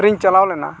ᱨᱮᱧ ᱪᱟᱞᱟᱣ ᱞᱮᱱᱟ